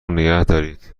نگهدارید